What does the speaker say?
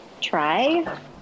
try